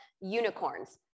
unicorns